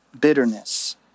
bitterness